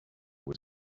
was